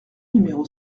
numéro